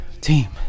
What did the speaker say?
Team